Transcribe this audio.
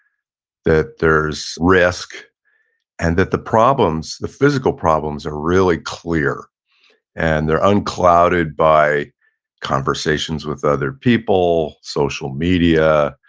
that there is risk and that the problems, the physical problems are really clear and they're unclouded by conversations with other people, social media,